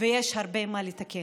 ויש הרבה מה לתקן.